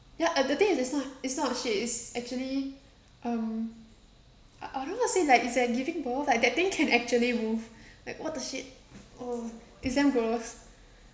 ya uh the thing is not is not a shit it's actually um I don't know how to say like it's like giving birth like that thing can actually move like what the shit oh it's damn gross